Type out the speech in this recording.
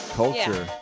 culture